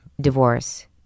divorce